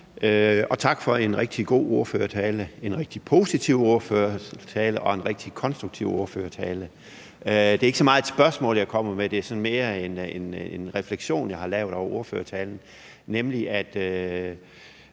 og tak for en rigtig god ordførertale, en rigtig positiv ordførertale og en rigtig konstruktiv ordførertale. Det er ikke så meget et spørgsmål, jeg kommer med, det er sådan mere en refleksion, jeg har lavet over ordførertalen, nemlig at